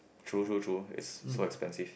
true true true is so expensive